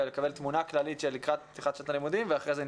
לקבל תמונה כללית של פתיחת שנת הלימודים ואחר כך נצלול.